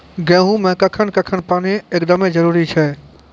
गेहूँ मे कखेन कखेन पानी एकदमें जरुरी छैय?